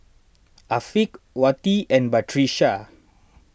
Afiq Wati and Batrisya